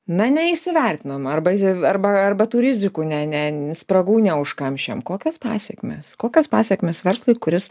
na neįsivertinom arba arba arba tų rizikų ne ne spragų neužkamšėm kokios pasekmės kokios pasekmės verslui kuris